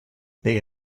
they